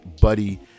Buddy